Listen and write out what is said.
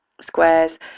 squares